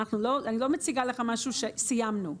אני לא מציגה לך משהו שסיימנו.